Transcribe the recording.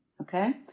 Okay